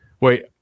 Wait